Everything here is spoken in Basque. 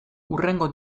hurrengo